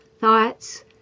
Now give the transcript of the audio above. thoughts